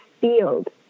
field